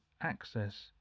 access